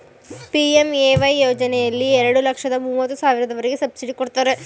PMAY ಯೋಜನೆಯಲ್ಲಿ ಎರಡು ಲಕ್ಷದ ಮೂವತ್ತು ಸಾವಿರದವರೆಗೆ ಸಬ್ಸಿಡಿ ಕೊಡ್ತಾರೆ